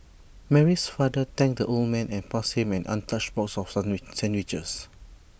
Mary's father thanked the old man and passed him an untouched box of sandwiches